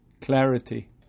clarity